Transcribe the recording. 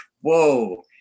whoa